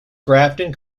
grafton